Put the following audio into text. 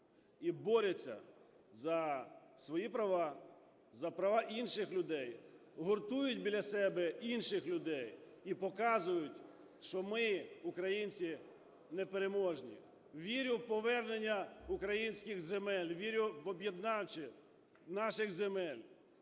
і борються за свої права, за права інших людей, гуртують біля себе інших людей і показують, що ми, українці, непереможні. Вірю в повернення українських земель, вірю в об'єднавче наших земель,